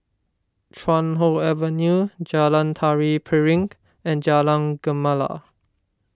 Chuan Hoe Avenue Jalan Tari Piring and Jalan Gemala